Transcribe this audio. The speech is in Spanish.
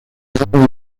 agua